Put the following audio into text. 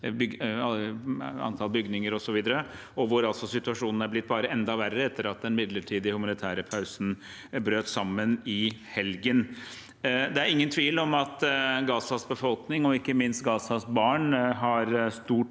antall bygninger osv., er ødelagt allerede, og situasjonen er blitt bare enda verre etter at den midlertidige humanitære pausen brøt sammen i helgen. Det er ingen tvil om at Gazas befolkning og ikke minst Gazas barn har stort